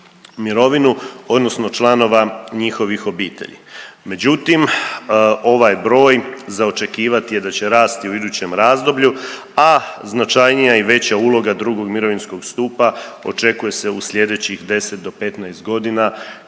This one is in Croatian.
mirovinu odnosno članova njihovih obitelji. Međutim, ovaj broj za očekivati je da će rasti u idućem razdoblju, a značajnija i veća uloga 2. mirovinskog stupa očekuje se u slijedećih 10 do 15 godina,